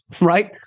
right